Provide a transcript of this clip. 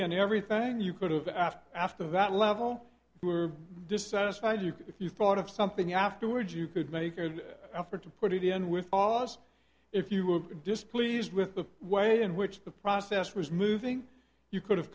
in everything you could have after after that level you are dissatisfied you could if you thought of something afterward you could make an effort to put it in with us if you will displeased with the way in which the process was moving you could have